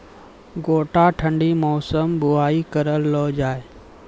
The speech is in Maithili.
गोटा ठंडी मौसम बुवाई करऽ लो जा?